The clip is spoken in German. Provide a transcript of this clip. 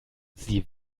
sie